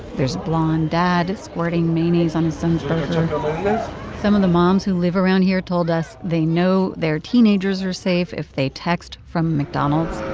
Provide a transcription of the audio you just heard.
there's a blond dad squirting mayonnaise on his son's burger some of the moms who live around here told us they know their teenagers are safe if they text from mcdonald's